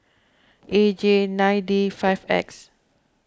A J nine D five X